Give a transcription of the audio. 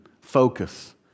focus